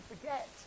forget